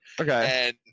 Okay